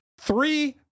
three